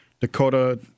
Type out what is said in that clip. dakota